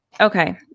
Okay